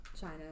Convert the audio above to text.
china